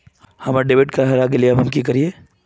हमर debit card हरा गेले अब हम की करिये?